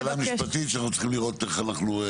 זו שאלה משפטית שאנחנו צריכים לראות איך אנחנו.